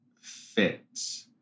fits